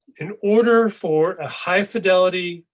in order for a high fidelity,